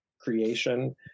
creation